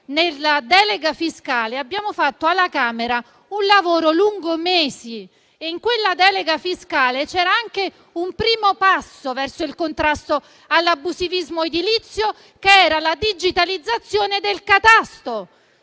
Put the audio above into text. nella delega fiscale, abbiamo fatto alla Camera un lavoro durato mesi. In quella delega fiscale c'era un primo passo verso il contrasto all'abusivismo edilizio: la digitalizzazione del catasto.